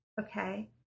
okay